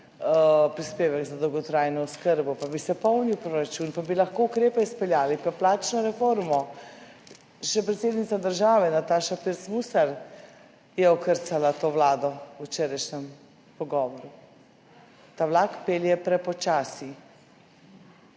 prispevek za dolgotrajno oskrbo in bi se polnil proračun, lahko bi izpeljali ukrepe in plačno reformo. Še predsednica države Nataša Pirc Musar je okrcala to vlado v včerajšnjem pogovoru. Ta vlak pelje prepočasi.